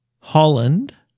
Holland